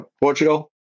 Portugal